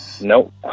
Nope